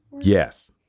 Yes